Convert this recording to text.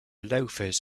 loafers